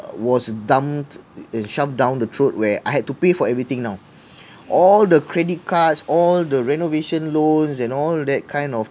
was dumped and shoved down the throat where I had to pay for everything now all the credit cards all the renovation loans and all that kind of